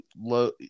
low